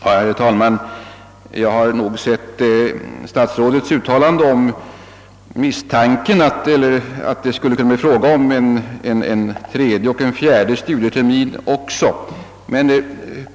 Herr talman! Jag uppmärksammade att statsrådet uttalade misstanken att det skulle kunna bli fråga också om en tredje och en fjärde termin.